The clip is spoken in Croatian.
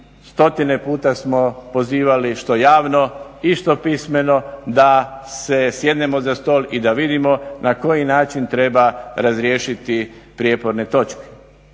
stotine puta smo pozivali što javno i što pismeno da sjednemo za stol i da vidimo na koji način treba razriješiti prijeporne točke.